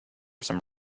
some